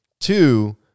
Two